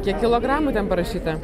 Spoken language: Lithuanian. kiek kilogramų ten parašyta